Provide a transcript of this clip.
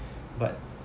but